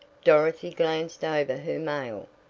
dorothy glanced over her mail.